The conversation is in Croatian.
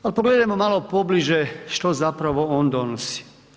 A pogledajmo malo pobliže što zapravo on donosi.